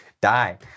die